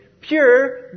pure